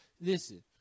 listen